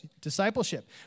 discipleship